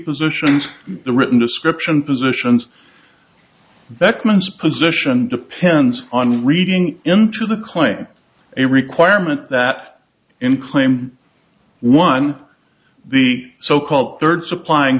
positions the written description positions beckman position depends on reading into the claim a requirement that in claim one the so called third supplying